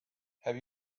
have